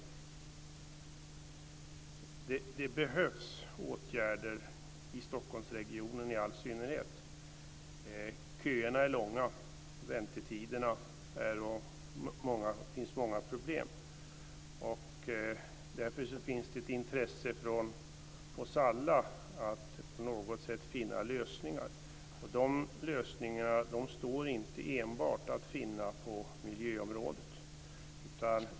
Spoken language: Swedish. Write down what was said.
Det behövs åtgärder - i Stockholmsregionen i all synnerhet. Köerna är långa. Väntetiderna är långa. Det finns många problem. Därför finns det ett intresse från oss alla att på något sätt finna lösningar. De lösningarna står inte enbart att finna på miljöområdet.